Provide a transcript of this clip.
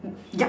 yup